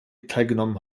teilgenommen